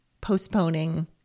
postponing